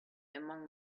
among